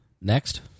Next